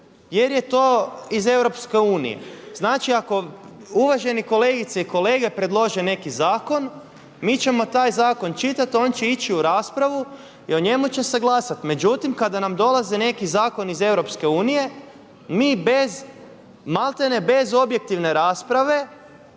jer je to iz EU. Znači ako uvažene kolegice i kolege predlože neki zakon, mi ćemo čitati, on će ići u raspravu i o njemu će se glasati. Međutim kada nam dolaze neki zakoni iz EU mi bez malte ne bez objektivne rasprave,